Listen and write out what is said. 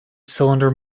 cylinder